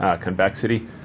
convexity